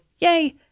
yay